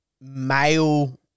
male